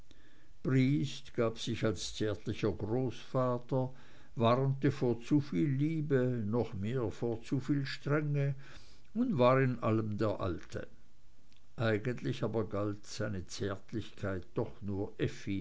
briest gab sich als zärtlicher großvater warnte vor zuviel liebe noch mehr vor zuviel strenge und war in allem der alte eigentlich aber galt all seine zärtlichkeit doch nur